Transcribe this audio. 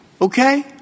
Okay